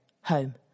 home